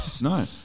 no